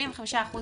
85%